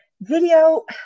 video